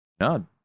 No